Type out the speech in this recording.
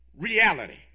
reality